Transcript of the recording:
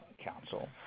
Council